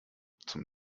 zum